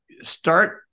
start